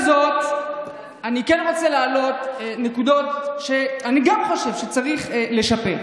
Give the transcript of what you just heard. אני כן רוצה להעלות נקודות שגם אני חושב שצריך לשפר.